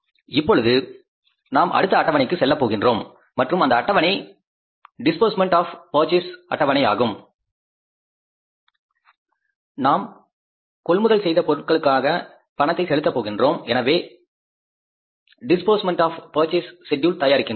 இப்பொழுது நாம் அடுத்த அட்டவணைக்கு செல்லப்போகிறோம் மற்றும் அந்த அட்டவணை டிஸ்பர்ஸ்மென்ட் ஆப் பர்சேஷஸ் செட்யூல் ஆகும் நாம் கொள்முதல் செய்த பொருட்களுக்காக பணத்தை செலுத்த போகின்றோம் எனவே டிஸ்பர்ஸ்மென்ட் ஆப் பர்சேஷஸ் செட்யூல் தயாரிக்கிறோம்